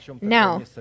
Now